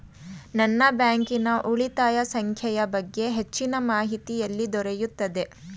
ನನ್ನ ಬ್ಯಾಂಕಿನ ಉಳಿತಾಯ ಸಂಖ್ಯೆಯ ಬಗ್ಗೆ ಹೆಚ್ಚಿನ ಮಾಹಿತಿ ಎಲ್ಲಿ ದೊರೆಯುತ್ತದೆ?